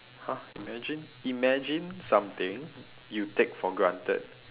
!huh! imagine imagine something you take for granted